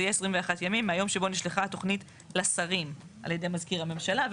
זה יהיה 21 ימים מהיום שבו נשלחה התוכנית לשרים על ידי מזכיר הממשלה,